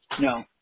no